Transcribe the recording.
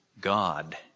God